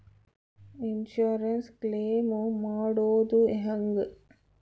Insurance claim ಮಾಡೋದು ಹೆಂಗ?